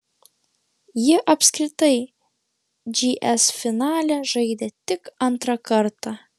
ji apskritai gs finale žaidė tik antrą kartą